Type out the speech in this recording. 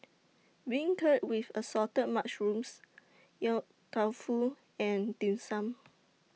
Beancurd with Assorted Mushrooms Yong Tau Foo and Dim Sum